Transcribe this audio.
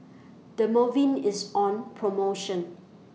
Dermaveen IS on promotion